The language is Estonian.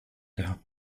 teha